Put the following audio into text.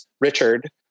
Richard